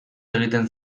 egiten